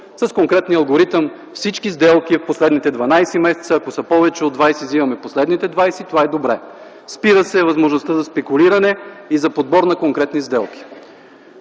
с конкретния алгоритъм всички сделки от последните 12 месеца, а ако са повече от 20, взимаме последните 20. И това е добре, спира се възможността за спекулиране и за подбор на конкретни сделки.